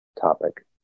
topic